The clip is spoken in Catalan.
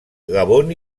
gabon